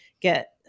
get